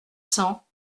cents